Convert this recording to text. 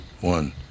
one